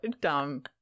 dumb